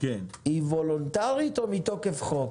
היא וולונטרית או מתוקף חוק?